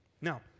Now